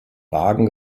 wagen